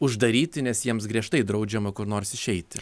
uždaryti nes jiems griežtai draudžiama kur nors išeiti